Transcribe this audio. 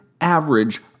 average